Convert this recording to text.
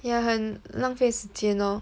yeah 很浪费时间咯